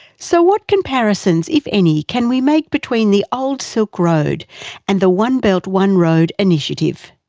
so, what comparisons, if any, can we make between the old silk road and the one belt one road initiative?